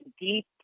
deep